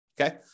okay